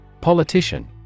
politician